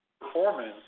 Performance